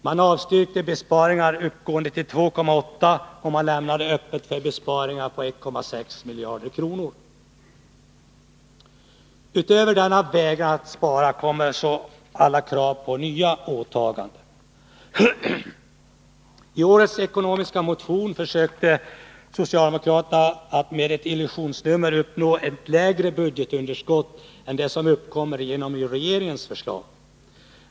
Man avstyrkte besparingar uppgående till 2,8 miljarder kronor, och man lämnade öppet för besparingar på 1,6 miljarder. Utöver denna vägran att spara kommer så alla krav på nya åtaganden. I årets ekonomisk-politiska motion försökte socialdemokraterna att med ett illusionsnummer uppnå ett lägre budgetunderskott än det som uppkommer genom regeringens förslag.